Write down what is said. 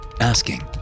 asking